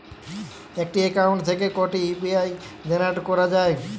একটি অ্যাকাউন্ট থেকে কটি ইউ.পি.আই জেনারেট করা যায়?